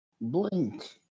blink